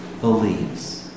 believes